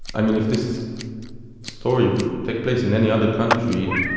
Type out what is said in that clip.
i mean, if this story would take place in any other country,